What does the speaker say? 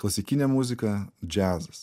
klasikinė muzika džiazas